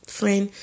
friend